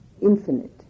infinite